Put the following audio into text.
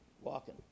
walking